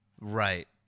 Right